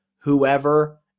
whoever